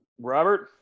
robert